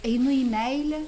einu į meilę